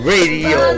Radio